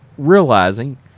realizing